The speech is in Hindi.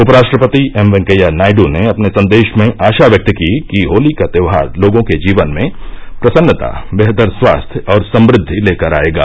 उपराष्ट्रपति एम वैंकैया नायड ने अपने संदेश में आशा व्यक्त की कि होली का त्योहार लोगों के जीवन में प्रसन्नता बेहतर स्वास्थ और समद्वि लेकर आएगा